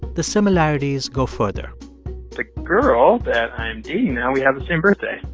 the similarities go further the girl that i'm dating now, we have the same birthday,